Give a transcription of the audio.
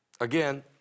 again